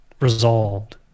resolved